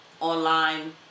online